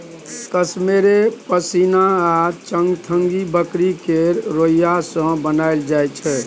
कश्मेरे पश्मिना आ चंगथंगी बकरी केर रोइयाँ सँ बनाएल जाइ छै